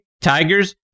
Tigers